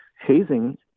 hazing